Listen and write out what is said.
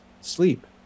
sleep